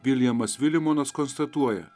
viljamas vilimonas konstatuoja